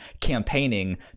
campaigning